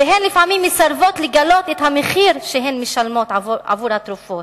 ולפעמים הן מסרבות לגלות את המחיר שהן משלמות עבור התרופות,